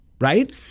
right